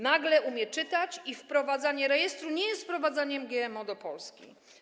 Nagle umie czytać i wprowadzanie rejestru nie jest wprowadzaniem GMO do Polski.